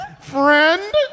Friend